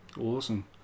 Awesome